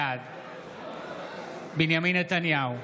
בעד בנימין נתניהו,